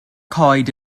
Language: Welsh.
coed